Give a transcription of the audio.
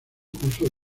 curso